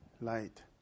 light